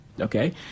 Okay